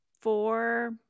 Four